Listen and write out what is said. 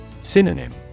Synonym